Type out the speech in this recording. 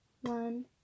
One